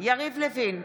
יריב לוין,